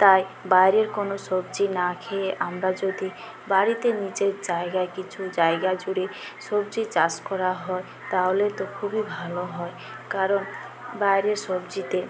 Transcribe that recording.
তাই বাইরের কোনো সবজি না খেয়ে আমরা যদি বাড়িতে নিজের জায়গায় কিছু জায়গা জুড়ে সবজি চাষ করা হয় তাহলে তো খুবই ভালো হয় কারণ বাইরের সবজিতে